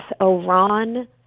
Iran